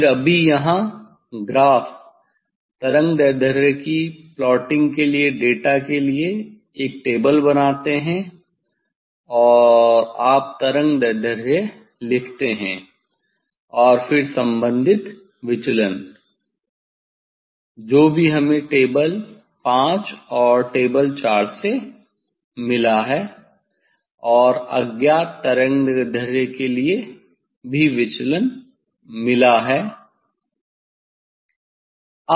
फिर अभी यहाँ ग्राफ़ तरंगदैर्ध्य की प्लॉटिंग के लिए डेटा के लिए एक टेबल बनाते हैं और आप तरंगदैर्ध्य लिखते हैं और फिर संबंधित विचलन जो भी हमें टेबल 5 और टेबल 4 से मिला है और अज्ञात तरंगदैर्ध्य के लिए भी विचलन मिला है